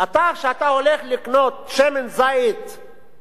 אתה, כשאתה הולך לקנות שמן זית בסופרמרקט,